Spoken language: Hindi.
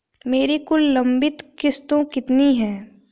मेरी कुल लंबित किश्तों कितनी हैं?